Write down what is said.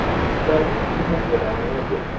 but she felt that she could not rely on edward,